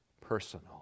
personal